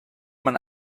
man